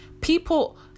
people